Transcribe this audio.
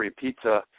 Pizza